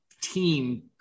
team